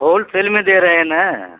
wholesale में दे रहे हैं ना